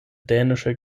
dänische